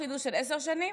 לא חידוש של עשר שנים,